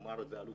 ואמר את זה האלו,